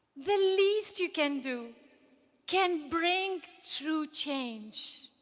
the least you can do can bring true change.